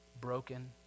broken